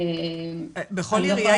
בכל עירייה